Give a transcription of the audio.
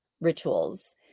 rituals